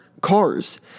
cars